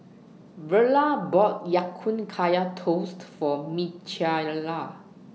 Verla bought Ya Kun Kaya Toast For Micayla